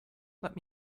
let